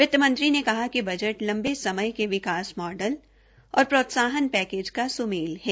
वित्त मंत्री ने कहा कि बजट लंबे समय के विकास मॉडल और प्रोत्साहन पैकेज का सुमेल है